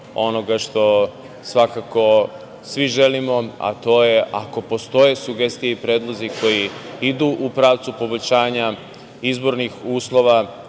onoga što svakako svi želimo, a to je ako postoje sugestije i predlozi koji idu u pravcu poboljšanja izbornih uslova,